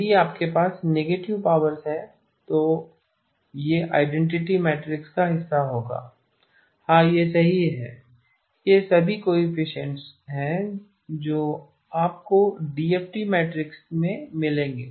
यदि आपके पास नेगेटिव पावर्स हैं तो यह आईडीएफटी मैट्रिक्स का हिस्सा होगा हां यह सही है ये सभी कोएफ़िशिएंट्स coefficients हैं जो आपको डीएफटी मैट्रिक्स में मिलेंगे